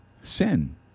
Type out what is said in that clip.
Sin